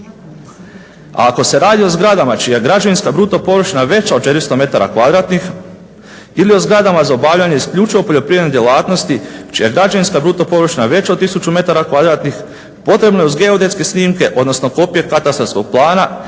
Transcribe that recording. Ako se radi o zgradama čija građevinska bruto površina veća od 400 metara kvadratnih ili o zgradama za obavljanje isključivo poljoprivrednih djelatnosti čija je građevinska bruto površina veća od 1000 metara kvadratnih, potrebno je uz geodetske snimke, odnosno kopije katastarskog plana